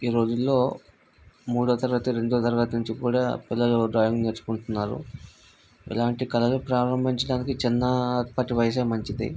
ఈ రోజులలో మూడో తరగతి రెండో తరగతి నుంచి కూడా పిల్లలు డ్రాయింగ్ నేర్చుకుంటున్నారు ఇలాంటి కళలు ప్రారంభించడానికి చిన్నప్పటి వయసు మంచిది